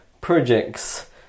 projects